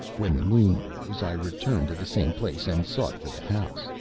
when the moon rose i returned to the same place and sought for the house,